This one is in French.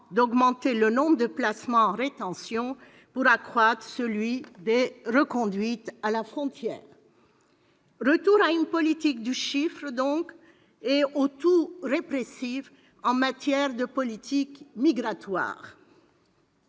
d'augmenter le nombre de placements en rétention pour accroître celui des reconduites à la frontière. C'est un retour à une politique du chiffre, donc, et au tout-répressif en matière de politique migratoire.